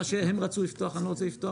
מה שהם רצו לפתוח אני לא רוצה לפתוח,